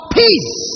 peace